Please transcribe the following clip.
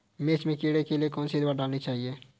मिर्च में कीड़ों के लिए कौनसी दावा डाली जाती है?